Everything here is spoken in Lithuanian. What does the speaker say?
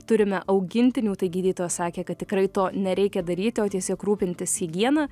turime augintinių tai gydytoja sakė kad tikrai to nereikia daryti o tiesiog rūpintis higiena